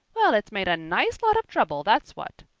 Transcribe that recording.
well, it's made a nice lot of trouble, that's what.